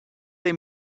they